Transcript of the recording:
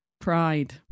Pride